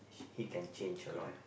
he can change a lot